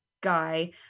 guy